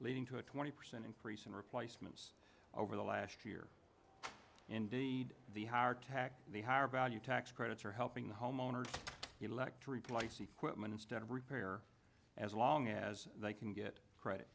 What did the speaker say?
leading to a twenty percent increase in replacements over the last year indeed the higher tax the higher value tax credits are helping the homeowners elect to replace the quitman instead of repair as long as they can get credit